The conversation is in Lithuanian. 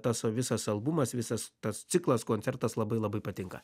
tas va visas albumas visas tas ciklas koncertas labai labai patinka